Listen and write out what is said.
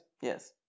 yes